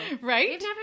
Right